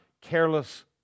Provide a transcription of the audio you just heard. careless